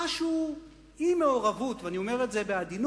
חשו אי-מעורבות, ואני אומר את זה בעדינות,